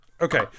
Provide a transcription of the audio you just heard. okay